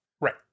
Right